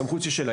הסמכות היא שלה,